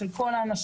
של כל האנשים,